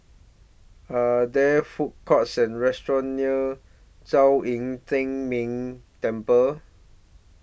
Are There Food Courts Or restaurants near Zhong Yi Tian Ming Temple